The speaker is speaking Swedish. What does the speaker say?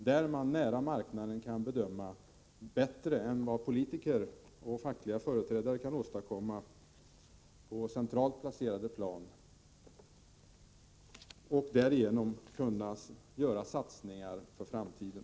Där kan man nära marknaden bedöma bättre än vad politiker och fackliga företrädare kan göra på centralt håll — och göra satsningar för framtiden.